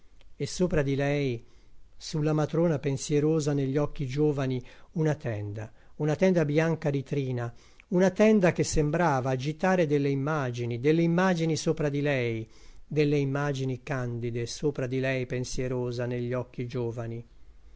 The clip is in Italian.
e sopra di lei sulla matrona pensierosa negli occhi giovani una tenda una tenda bianca di trina una tenda che sembrava agitare delle immagini delle immagini sopra di lei delle immagini candide sopra di lei pensierosa negli occhi giovani